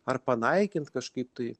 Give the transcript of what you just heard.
ar panaikint kažkaip tai